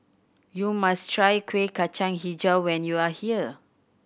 you must try Kuih Kacang Hijau when you are here